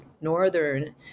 Northern